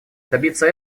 добиться